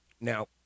Now